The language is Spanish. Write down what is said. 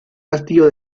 castillo